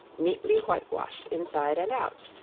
neatly whitewashed inside and out.